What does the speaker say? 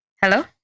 Hello